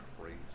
Crazy